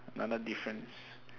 another difference